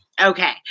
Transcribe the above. Okay